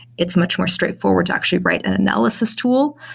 it's much more straightforward to actually write an analysis tool.